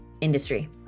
industry